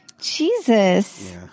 Jesus